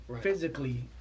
physically